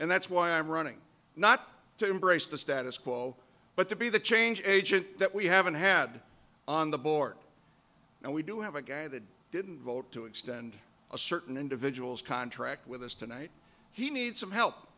and that's why i'm running not to embrace the status quo but to be the change agent that we haven't had on the board and we do have a guy that didn't vote to extend a certain individuals contract with us tonight he needs some help